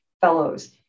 fellows